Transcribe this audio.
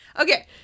Okay